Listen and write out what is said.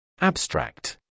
Abstract